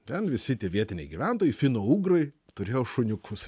ten visi tie vietiniai gyventojai finougrai turėjo šuniukus